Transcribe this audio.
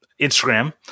Instagram –